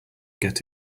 get